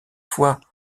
fois